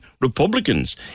Republicans